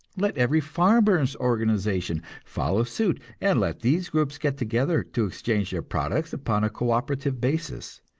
let every farmers' organization follow suit and let these groups get together, to exchange their products upon a co-operative basis.